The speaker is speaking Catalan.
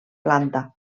planta